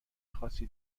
خاصی